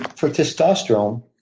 for testosterone,